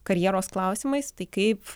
karjeros klausimais tai kaip